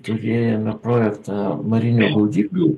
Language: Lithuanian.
turėjome projektą marinių gaudyklių